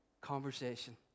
conversation